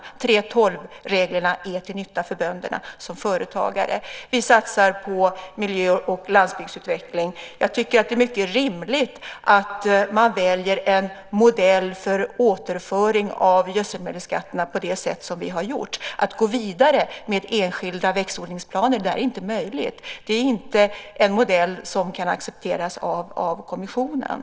Detta med 3:12-reglerna är till nytta för bönderna som företagare. Vidare satsar vi på miljö och landsbygdsutveckling. Jag tycker att det är mycket rimligt att välja en modell för återföring av gödselmedelsskatterna på det sätt som vi har gjort. Att gå vidare med enskilda växtodlingsplaner är inte möjligt. Det är inte en modell som kan accepteras av kommissionen.